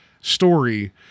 story